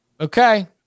Okay